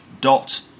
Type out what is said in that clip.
dot